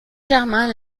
germain